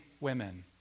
women